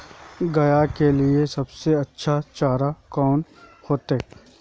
गाय के लिए सबसे अच्छा चारा कौन होते?